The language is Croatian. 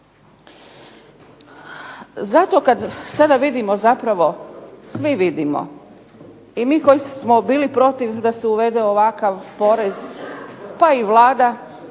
Zato kad sada vidimo zapravo svi vidimo i mi koji smo bili protiv da se uvede ovakav porez, pa i Vlada